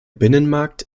binnenmarkt